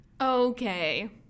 Okay